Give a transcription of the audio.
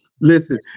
Listen